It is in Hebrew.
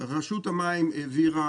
רשות המים העבירה,